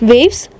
Waves